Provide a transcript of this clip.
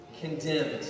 condemned